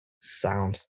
sound